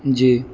جی